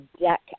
deck